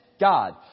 God